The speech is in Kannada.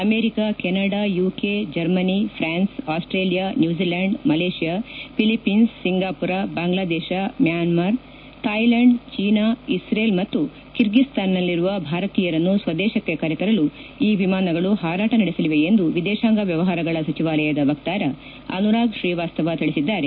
America Canada UK Germany France Australia New Zealand Malaysia Philippines Singapore Bangladesh Myanmar Thailand China Israel ಮತ್ತು ಕಿರ್ಗಿಸ್ತಾನ್ನಲ್ಲಿರುವ ಭಾರತೀಯರನ್ನು ಸ್ವದೇಶಕ್ಕೆ ಕರೆತರಲು ಈ ವಿಮಾನಗಳು ಹಾರಾಟ ನಡೆಸಲಿವೆ ಎಂದು ವಿದೇತಾಂಗ ವ್ಯವಹಾರಗಳ ಸಚಿವಾಲಯದ ವಕ್ತಾರ ಅನುರಾಗ್ ಶ್ರೀವಾಸ್ತವ ತಿಳಿಸಿದ್ದಾರೆ